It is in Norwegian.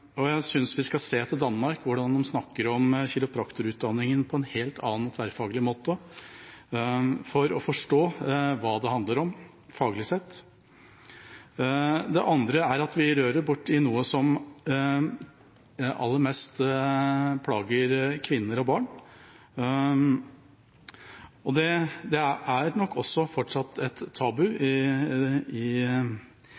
Jeg synes vi skal se til Danmark og hvordan de der snakker om kiropraktorutdanningen på en helt annen og tverrfaglig måte for å forstå hva det handler om faglig sett. Det andre er at vi rører borti noe som aller mest plager kvinner og barn. Det er nok også fortsatt et tabu i